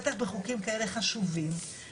בטח בחוקים כאלה חשובים,